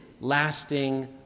lasting